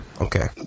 Okay